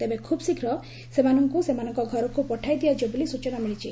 ତେବେ ଖୁବ୍ ଶୀଘ୍ର ସେମାନଙ୍କୁ ସେମାନଙ୍କ ଘରକୁ ପଠାଇ ଦିଆଯିବ ବୋଲି ସ୍କଚନା ମିଳିଛି